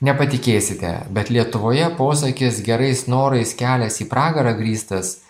nepatikėsite bet lietuvoje posakis gerais norais kelias į pragarą grįstas